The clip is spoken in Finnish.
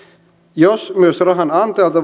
jos myös rahan antajalta